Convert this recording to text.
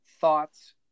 thoughts